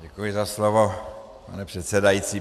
Děkuji za slovo, pane předsedající.